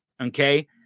Okay